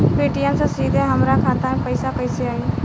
Paytm से सीधे हमरा खाता मे पईसा कइसे आई?